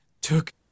took